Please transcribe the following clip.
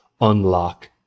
unlock